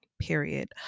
period